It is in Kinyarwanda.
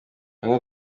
bamwe